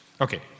Okay